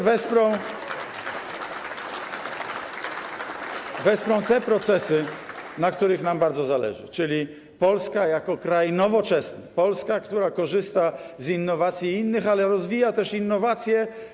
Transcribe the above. Wesprą one także te procesy, na których nam bardzo zależy, czyli Polska jako kraj nowoczesny, Polska, która korzysta z innowacji innych, ale rozwija też swoje innowacje.